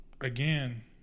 again